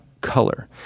color